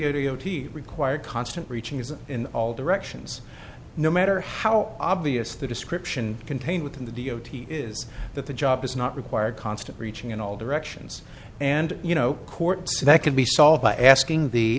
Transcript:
o t require constant reaching as in all directions no matter how obvious the description contained within the d o t is that the job does not require constant reaching in all directions and you know court so that can be solved by asking the